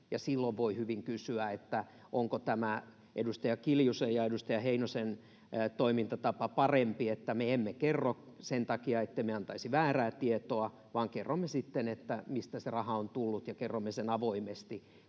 Silloin voi hyvin kysyä, onko tämä edustaja Kiljusen ja edustaja Heinosen toimintatapa parempi, että me emme kerro sen takia, ettemme antaisi väärää tietoa, vaan kerromme sitten, mistä se raha on tullut, ja kerromme sen avoimesti,